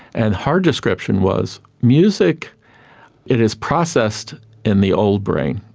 and her description was, music, it is processed in the old brain,